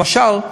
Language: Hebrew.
למשל,